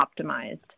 optimized